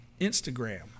Instagram